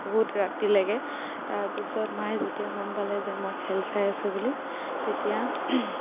বহুত ৰাতিলেকে তাৰপিছত মায়ে যেতিয়া গম পালে যে মই খেল চাই আছোঁ বুলি তেতিয়া